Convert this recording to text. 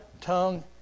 tongue